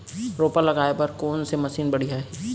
रोपा लगाए बर कोन से मशीन बढ़िया हे?